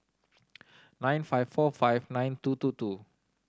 nine five four five nine two two two